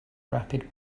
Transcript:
rapid